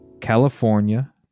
California